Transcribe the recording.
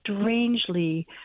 strangely